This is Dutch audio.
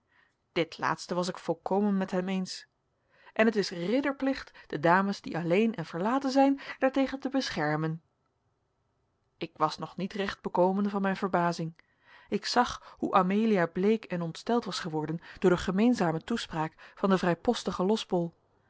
dit laatste was ik volkomen met hem eens en het is ridderplicht de dames die alleen en verlaten zijn daartegen te beschermen ik was nog niet recht bekomen van mijn verbazing ik zag hoe amelia bleek en ontsteld was geworden door de gemeenzame toespraak van den vrijpostigen losbol